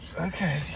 Okay